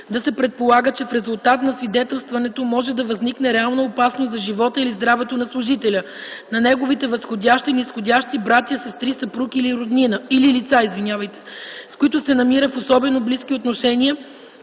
да се предполага, че в резултат на свидетелстването може да възникне реална опасност за живота или здравето на служителя, на неговите възходящи, низходящи, братя, сестри, съпруг или лица, с които се намира в особено близки отношения,